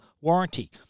warranty